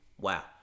wow